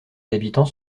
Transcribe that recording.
habitants